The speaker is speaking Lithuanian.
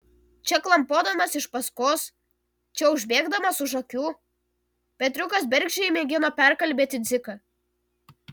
čia klampodamas iš paskos čia užbėgdamas už akių petriukas bergždžiai mėgino perkalbėti dziką